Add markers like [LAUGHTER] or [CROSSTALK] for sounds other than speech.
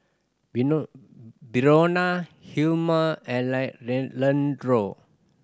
[UNINTELLIGIBLE] Brionna Hilmer and [UNINTELLIGIBLE] Leandro